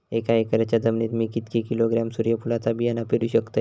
एक एकरच्या जमिनीत मी किती किलोग्रॅम सूर्यफुलचा बियाणा पेरु शकतय?